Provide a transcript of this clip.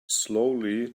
slowly